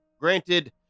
Granted